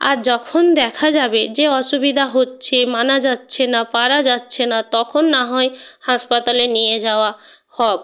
আর যখন দেখা যাবে যে অসুবিধা হচ্ছে মানা যাচ্ছে না পারা যাচ্ছে না তখন না হয় হাসপাতালে নিয়ে যাওয়া হোক